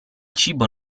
cibo